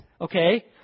Okay